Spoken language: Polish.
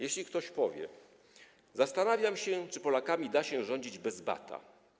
Jeśli ktoś np. powie: Zastanawiam się, czy Polakami da się rządzić bez bata.